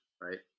right